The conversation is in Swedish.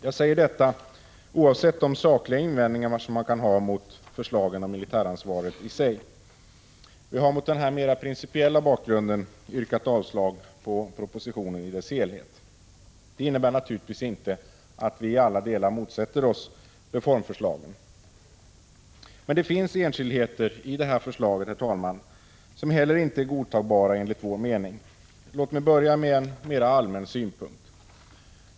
Jag säger detta oavsett de sakliga invändningar som man kan ha emot förslagen om militäransvaret i sig. Vi har mot denna mera principiella bakgrund yrkat avslag på propositionen i dess helhet. Det innebär naturligtvis inte att vi i alla delar motsätter oss reformförslagen. Men, herr talman, det finns enskildheter i detta förslag som enligt vår mening inte är godtagbara. Låt mig börja med en mera allmän synpunkt.